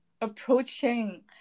approaching